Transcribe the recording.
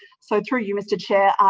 so through you, mr chair,